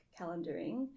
calendaring